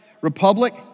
republic